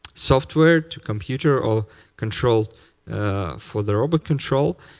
software to computer or control for the robot control,